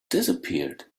disappeared